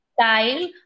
style